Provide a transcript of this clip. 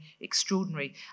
extraordinary